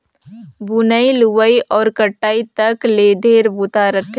बुनई, लुवई अउ कटई तक ले ढेरे बूता रहथे